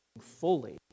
fully